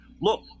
look